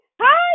Hi